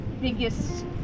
biggest